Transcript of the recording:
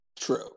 True